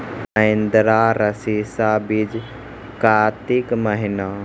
महिंद्रा रईसा बीज कार्तिक महीना?